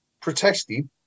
protesting